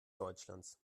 deutschlands